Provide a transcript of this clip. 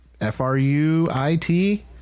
F-R-U-I-T